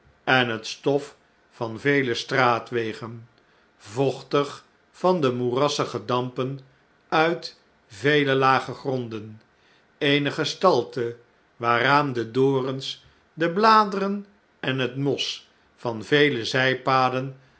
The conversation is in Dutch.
en het stof van vele straatwegen vochtig van de moerassige dampen uit vele lage gronden eene gestalte waaraan de dorens de bladeren en net mos van